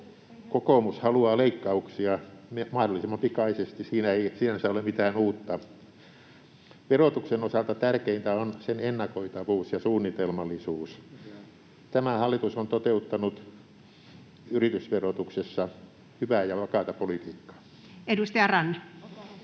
Kokoomus haluaa leikkauksia mahdollisimman pikaisesti — siinä ei sinänsä ole mitään uutta. Verotuksen osalta tärkeintä on sen ennakoitavuus ja suunnitelmallisuus. Tämä hallitus on toteuttanut yritysverotuksessa hyvää ja vakaata politiikkaa. [Speech 49]